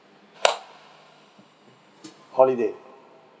holiday